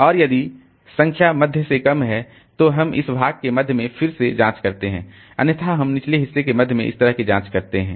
और यदि संख्या मध्य से कम है तो हम इस भाग के मध्य में फिर से जांच करते हैं अन्यथा हम निचले हिस्से के मध्य में इस तरह के जांच करते हैं